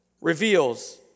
reveals